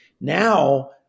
Now